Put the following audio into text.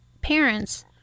parents